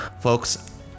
Folks